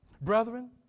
Brethren